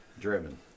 Driven